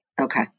Okay